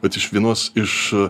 vat iš vienos iš